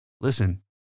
listen